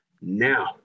now